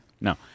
No